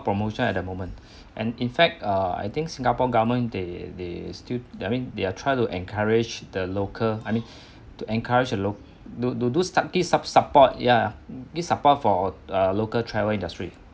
promotions at the moment and in fact err I think singapore government they they still I mean they are try to encourage the local I mean to encourage a lo~ do do something sup~ support ya please support for a local travel industry